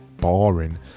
boring